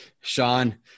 Sean